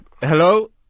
Hello